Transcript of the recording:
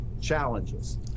challenges